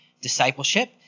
discipleship